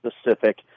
specific